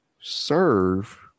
Serve